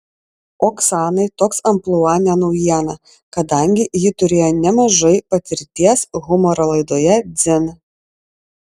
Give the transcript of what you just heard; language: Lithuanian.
oksanai toks amplua ne naujiena kadangi ji turėjo nemažai patirties humoro laidoje dzin